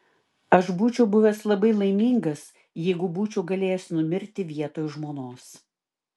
aš būčiau buvęs labai laimingas jeigu būčiau galėjęs numirti vietoj žmonos